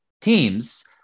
teams